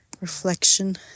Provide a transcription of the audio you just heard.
reflection